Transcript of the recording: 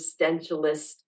existentialist